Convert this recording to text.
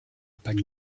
pack